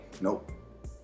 Nope